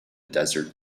desert